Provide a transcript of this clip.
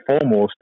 foremost